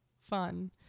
fun